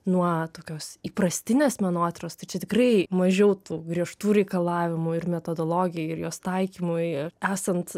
nuo tokios įprastinės menotyros tai čia tikrai mažiau tų griežtų reikalavimų ir metodologijai ir jos taikymui esant